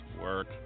work